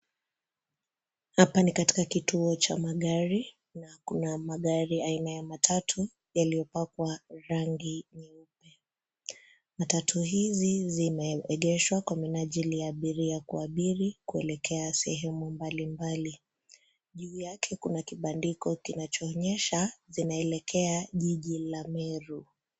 Hapa ni katika kituo cha magari na kuna magari aina ya matatu yaliyopakwa rangi nyeupe. Matatu hizi zimeegeshwa kwa minajiri ya abiria kuabiri kuelekea sehemu mbalimbali. Juu yake kuna kibandiko kinacho onyesha zinaelekea jiji la Meru.